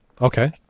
Okay